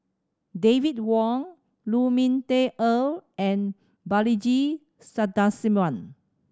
David Wong Lu Ming Teh Earl and Balaji Sadasivan